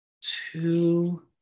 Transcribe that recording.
two